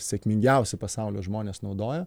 sėkmingiausi pasaulio žmonės naudoja